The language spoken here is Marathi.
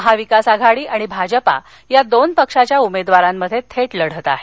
महाविकास आघाडी आणि भाजपा या दोन पक्षांच्या उमेदवारांमध्ये थेट लढत आहे